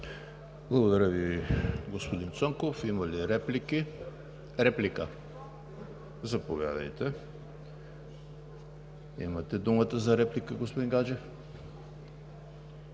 Благодаря Ви, господин Цонков. Има ли реплики? Заповядайте – имате думата за реплика, господин Гаджев.